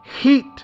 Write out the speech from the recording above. heat